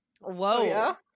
whoa